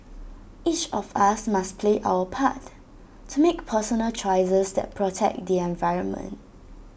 each of us must play our part to make personal choices that protect the environment